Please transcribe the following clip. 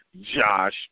Josh